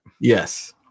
Yes